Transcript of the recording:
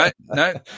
no